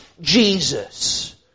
Jesus